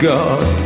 God